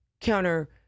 counter